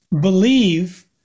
believe